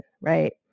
right